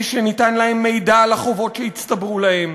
שניתן להם מידע על החובות שהצטברו להם,